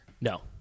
No